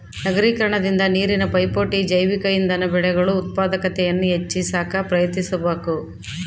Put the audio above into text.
ನಗರೀಕರಣದಿಂದ ನೀರಿನ ಪೈಪೋಟಿ ಜೈವಿಕ ಇಂಧನ ಬೆಳೆಗಳು ಉತ್ಪಾದಕತೆಯನ್ನು ಹೆಚ್ಚಿ ಸಾಕ ಪ್ರಯತ್ನಿಸಬಕು